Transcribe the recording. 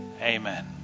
Amen